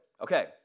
okay